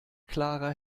klarer